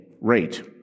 rate